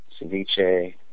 ceviche